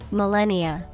millennia